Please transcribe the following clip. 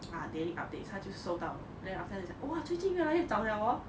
ah daily updates 他就收到 then after that 他讲哇最近越来越早了 hor